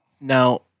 Now